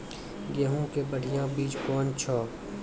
गेहूँ के बढ़िया बीज कौन छ?